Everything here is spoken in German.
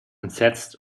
entsetzt